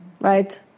right